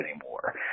anymore